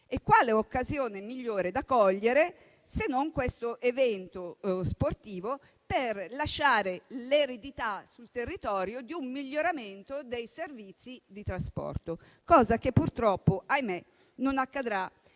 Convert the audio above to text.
Quale occasione migliore da cogliere se non questo evento sportivo per lasciare sul territorio l'eredità di un miglioramento dei servizi di trasporto? È una cosa che purtroppo - ahimè - non accadrà,